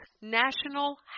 national